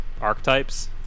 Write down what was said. archetypes